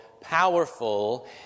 powerful